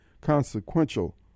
consequential